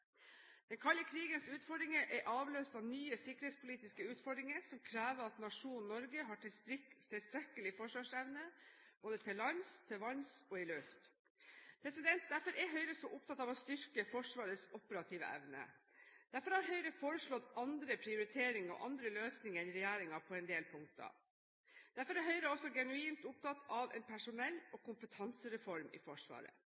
Den kalde krigens utfordringer har blitt avløst av nye sikkerhetspolitiske utfordringer, som krever at nasjonen Norge har tilstrekkelig forsvarsevne, både til lands, til vanns og i luften. Derfor er Høyre opptatt av å styrke Forsvarets operative evne, og derfor har Høyre foreslått andre prioriteringer og andre løsninger enn regjeringen, på en del punkter. Derfor er også Høyre genuint opptatt av en personell- og kompetansereform i Forsvaret.